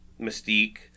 Mystique